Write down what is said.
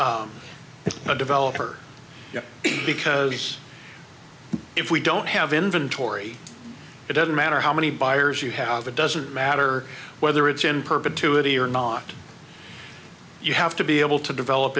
a developer because if we don't have inventory it doesn't matter how many buyers you have it doesn't matter whether it's in perpetuity or not you have to be able to develop